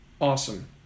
awesome